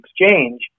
exchange